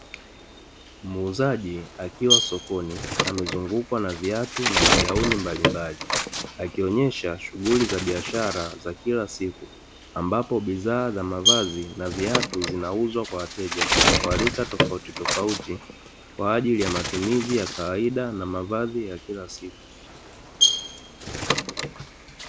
Muuzaji akiwa sokoni amezungukwa na viatu na magauni mbalimbali, akionyesha shughuli za kibiashara za kila siku. Ambapo bidhaa za mavazi na viatu zinauzwa kwa wateja wa rika tofauti tofauti kwaajili matumizi ya kawaida na mavazi ya kila siku.